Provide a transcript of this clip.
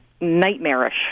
nightmarish